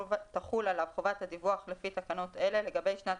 תחול עליו חובת הדיווח לפי תקנות אלה לגבי שנת